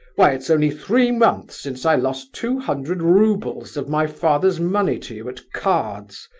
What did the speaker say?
why, it's only three months since i lost two hundred roubles of my father's money to you, at cards.